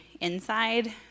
inside